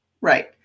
Right